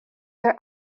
their